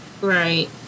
right